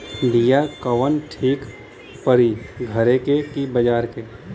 बिया कवन ठीक परी घरे क की बजारे क?